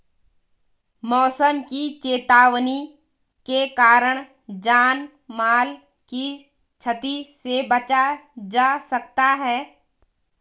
मौसम की चेतावनी के कारण जान माल की छती से बचा जा सकता है